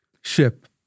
ship